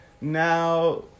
Now